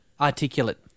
Articulate